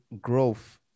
growth